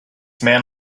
man